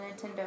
Nintendo